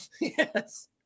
Yes